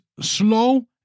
slow